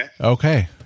okay